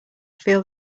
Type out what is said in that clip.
feel